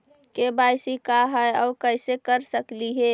KYC का है, और कैसे कर सकली हे?